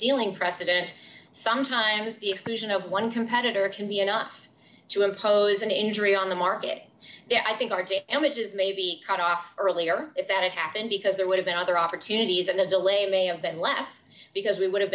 dealing precedent sometimes the exclusion of one competitor can be enough to impose an injury on the market yeah i think r j images may be cut off earlier if that happened because there would have been other opportunities and the delay may have been less because we would have